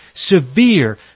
severe